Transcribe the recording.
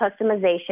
customization